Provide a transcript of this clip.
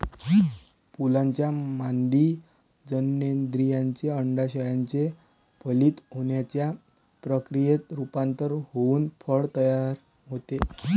फुलाच्या मादी जननेंद्रियाचे, अंडाशयाचे फलित होण्याच्या प्रक्रियेत रूपांतर होऊन फळ तयार होते